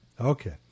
Okay